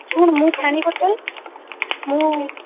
ଶୁଣୁ ମୁଁ ପାଣି ବୋଟଲ୍ ମୁଁ